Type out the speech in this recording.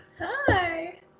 Hi